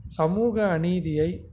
சமூக அநீதியை